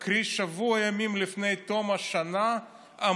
כי לא טוב שבמדינת ישראל ילך ראש הממשלה אל בית האסורים.